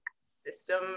system